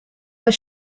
what